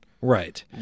Right